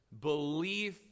belief